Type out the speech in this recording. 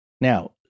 Now